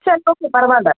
சரி ஓகே பரவாயில்லை